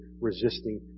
resisting